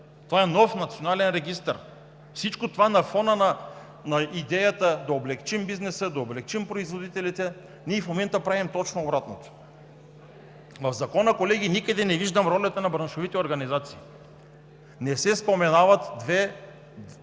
Това е нов национален регистър. И всичко това – на фона на идеята да облекчим бизнеса, да облекчим производителите. Ние в момента правим точно обратното. В Закона, колеги, никъде не виждам ролята на браншовите организации. Не се споменават два